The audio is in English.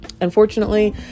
Unfortunately